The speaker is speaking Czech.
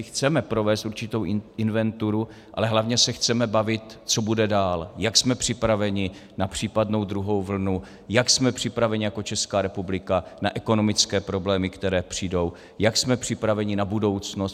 Chceme provést určitou inventuru, ale hlavně se chceme bavit, co bude dál, jak jsme připraveni na případnou druhou vlnu, jak jsme připraveni jako Česká republika na ekonomické problémy, které přijdou, jak jsme připraveni na budoucnost.